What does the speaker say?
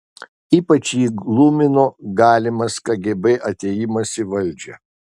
ypač jį glumino galimas kgb atėjimas į valdžią